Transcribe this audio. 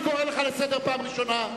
אני קורא לך לסדר פעם ראשונה.